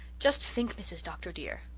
just think, mrs. dr. dear,